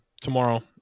tomorrow